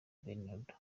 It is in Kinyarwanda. bernabeu